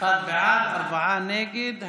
אחד בעד, ארבעה נגד.